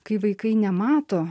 kai vaikai nemato